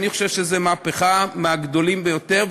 אני חושב שזאת מהפכה מהגדולות ביותר,